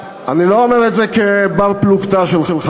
אני לא אומר את זה כבר-פלוגתא שלך,